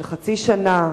של חצי שנה,